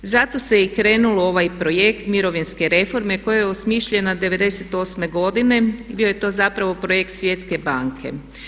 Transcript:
Zato se i krenulo u ovaj projekt mirovinske reforme koja je osmišljena '98. godine i bio je to zapravo projekt Svjetske banke.